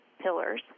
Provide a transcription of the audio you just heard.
pillars